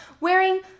wearing